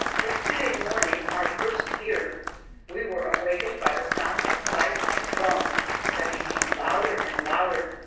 yesterday morning our first here we were awakened by the sounds of fife and drum that became louder and louder,